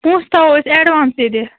پۅنٛسہٕ تھاوَو أسۍ ایٚڈوانسٕے دِتھ